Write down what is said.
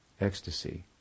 ecstasy